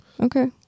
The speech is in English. Okay